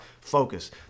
focus